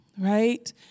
right